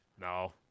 no